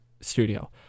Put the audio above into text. studio